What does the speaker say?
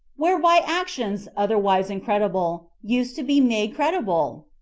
whereby actions otherwise incredible use to be made credible?